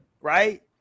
right